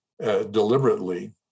deliberately